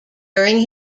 during